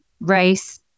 race